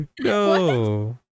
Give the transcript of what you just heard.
No